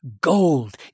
gold